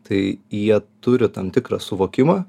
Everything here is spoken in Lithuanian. tai jie turi tam tikrą suvokimą